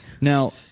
Now